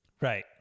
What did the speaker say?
Right